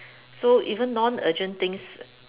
so even non-urgent things